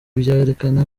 byerekana